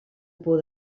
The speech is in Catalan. por